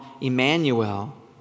Emmanuel